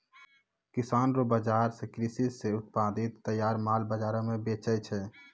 किसानो रो बाजार से कृषि से उत्पादित तैयार माल बाजार मे बेचै छै